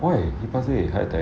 why he passed away heart attack